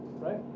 right